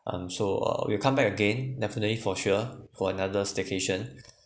um so uh we'll come back again definitely for sure for another staycation